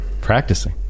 practicing